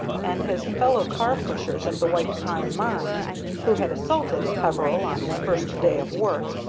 and his fellow car-pushers of the white pine mine who had assaulted peveril on his first day of work,